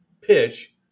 pitch